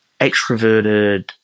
extroverted